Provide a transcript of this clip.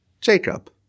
Jacob